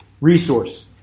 resource